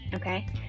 okay